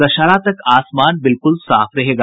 दशहरा तक आसमान बिल्कुल साफ रहेगा